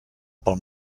pel